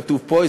כתוב פה,